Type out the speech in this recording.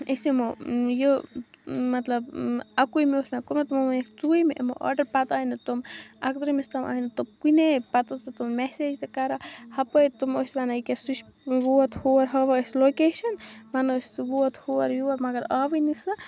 أسۍ یمو یہِ مَطلَب اَکوُہمہِ اوس مےٚ کوٚرمُت تمو وونُکھ ژوٗرمہِ یِمو آرڈر پَتہٕ آے نہٕ تِم اَکترہمِس تام آے نہٕ تِم کُنے پَتہٕ ٲسِس بہٕ تمن میسیج تہِ کَران ہَپٲرۍ تِم ٲسۍ وَنان ییٚکیاہ سُہ چھُ ووت ہور ہَاوان ٲسۍ لوکیشَن وَنان ٲسۍ سُہ ووت ہور یور مگر آوٕے نہٕ سُہ